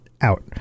out